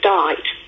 died